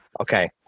Okay